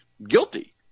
Guilty